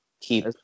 Keep